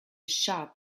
shop